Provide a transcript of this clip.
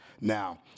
Now